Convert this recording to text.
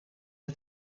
the